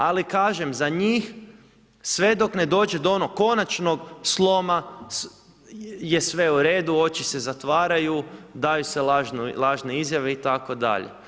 Ali kažem za njih sve dok ne dođe do onog konačnog sloma je sve u redu, oči se zatvaraju, daju se lažne izjave itd.